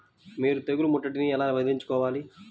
మీరు తెగులు ముట్టడిని ఎలా వదిలించుకోవాలి?